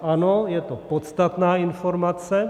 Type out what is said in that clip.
Ano, je to podstatná informace.